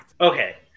okay